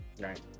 Right